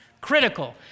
critical